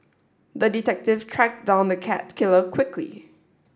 the detective tracked down the cat killer quickly